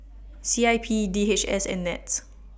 C I P D H S and Nets